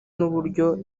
n’uburyo